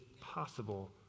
possible